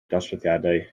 dosbarthiadau